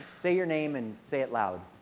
say your name and say it loud.